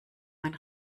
mein